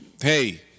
Hey